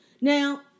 Now